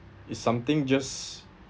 is something just